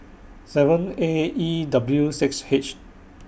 seven A E W six H